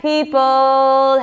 People